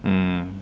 mm